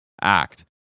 Act